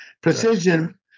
Precision